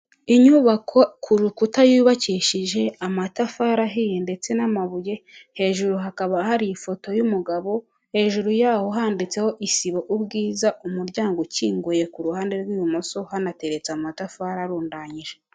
Inyubako ku rukuta yubakishije amatafari ahiye ndetse n'amabuye. Hejuru hakaba hari ifoto y'umugabo. Hejuru ya ho handitseho isibo ubwiza umuryango ukinguye, ku ruhande rw'ibumoso hanateretse amatafari arundanyije.